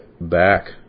back